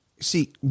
See